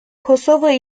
kosova